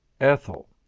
Ethel